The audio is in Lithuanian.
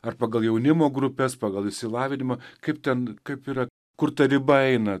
ar pagal jaunimo grupes pagal išsilavinimą kaip ten kaip yra kur ta riba eina